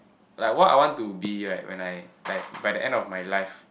like what I want to be like when I like by the end of my life